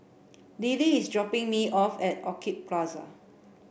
Lily is dropping me off at Orchid Plaza